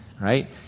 right